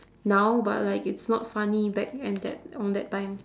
now but like it's not funny back and that on that time